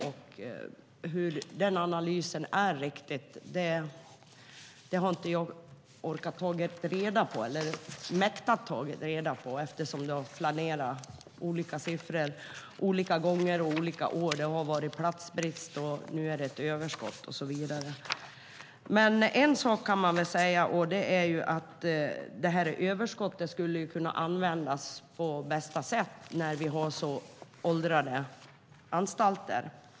Hur det är med den analysen har jag inte mäktat med att ta reda på eftersom det har figurerat olika siffror vid olika tillfällen olika år. Det har varit platsbrist, och nu är det överskott. En sak kan jag dock säga och det är att detta överskott skulle kunna användas på bästa sätt eftersom vi har så föråldrade anstalter.